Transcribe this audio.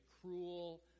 cruel